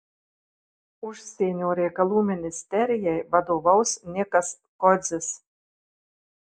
užsienio reikalų ministerijai vadovaus nikas kodzis